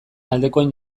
aldekoen